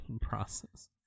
process